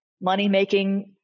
money-making